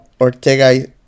Ortega